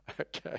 Okay